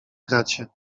kracie